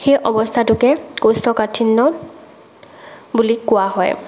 সেই অৱস্থাটোকে কৌষ্ঠকাঠিন্য বুলি কোৱা হয়